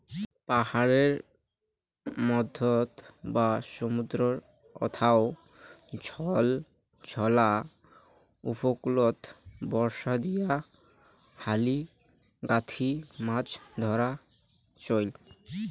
পাহাড়ের মইধ্যত বা সমুদ্রর অথাও ঝলঝলা উপকূলত বর্ষা দিয়া হালি গাঁথি মাছ ধরার চইল